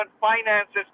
finances